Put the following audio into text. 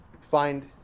Find